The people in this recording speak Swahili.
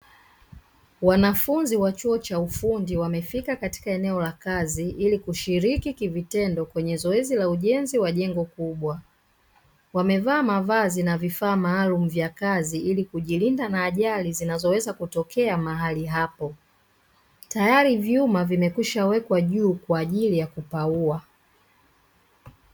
Wanafunzi wa chuo cha ufundi wamefika katika eneo la kazi ili kushiriki kwa vitendo katika ujenzi wa jengo kubwa, wamevaa mavazi na vifaa maalumu vya kazi ili kujilinda na ajali zinazoweza kutokea mahali hapo, tayari vyuma vimekwishawekwa juu kwa ajili ya kupauwa.